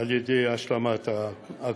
שבהשלמת הקורס.